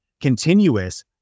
continuous